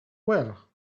well